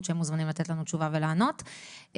שהם מוזמנים לתת לנו תשובה ולענות ובאמת,